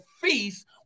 feast